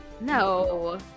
No